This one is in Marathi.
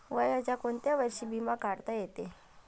वयाच्या कोंत्या वर्षी बिमा काढता येते?